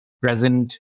present